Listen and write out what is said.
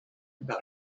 about